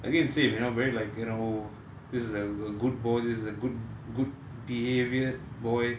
again same you know very like you know this is a good boy this is a good good behaviour boy